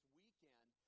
weekend